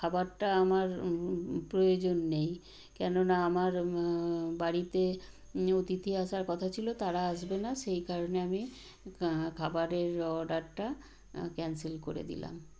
খাবারটা আমার প্রয়োজন নেই কেননা আমার যে বাড়িতে অতিথি আসার কথা ছিল তারা আসবে না সেই কারণে আমি খাবারের অর্ডারটা ক্যান্সেল করে দিলাম